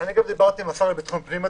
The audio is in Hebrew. דיברתי עם השר לביטחון פנים,